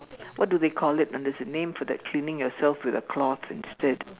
what do they call it ah there's a name for that cleaning yourself with a cloth instead